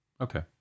Okay